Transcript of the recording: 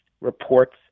reports